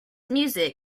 music